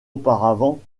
auparavant